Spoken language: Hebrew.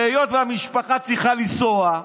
והיות שהמשפחה צריכה לנסוע,